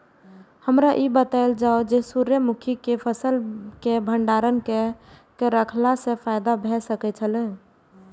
हमरा ई बतायल जाए जे सूर्य मुखी केय फसल केय भंडारण केय के रखला सं फायदा भ सकेय छल?